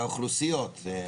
והאוכלוסיות.